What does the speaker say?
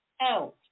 out